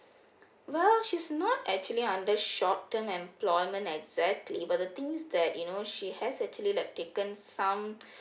well she's not actually under short term employment exactly but the things is that you know she has actually like taken some